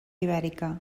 ibèrica